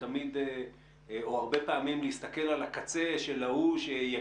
אחד הדברים שנותן מענה לבעיות שעלו פה